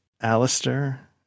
Alistair